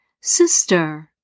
Sister